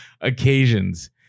occasions